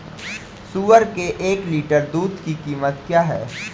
सुअर के एक लीटर दूध की कीमत क्या है?